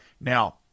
Now